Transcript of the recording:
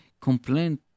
complain